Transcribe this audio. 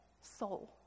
soul